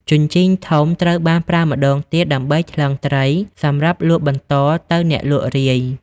ជញ្ជីងធំ ត្រូវបានប្រើម្តងទៀតដើម្បីថ្លឹងត្រី សម្រាប់លក់បន្តទៅអ្នកលក់រាយ។